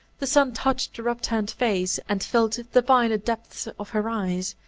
the sun touched her upturned face, and filled the violet depths of her eyes,